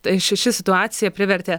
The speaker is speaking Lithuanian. tai ši ši situacija privertė